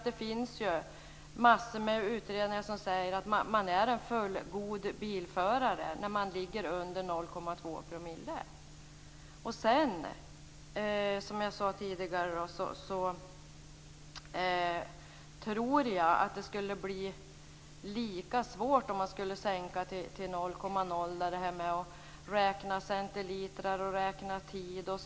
Det finns massor av utredningar som säger att man är en fullgod bilförare när man ligger under 0,2 %. Som jag sade tidigare tror jag att det skulle bli lika svårt om man skulle sänka till 0,0. Man måste räkna centiliter och tid.